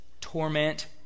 Torment